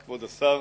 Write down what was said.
כבוד השר,